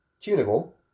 Tunable